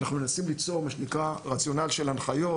אנחנו מנסים ליצור רציונל של הנחיות,